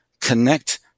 connect